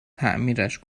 تعمیرش